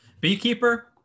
beekeeper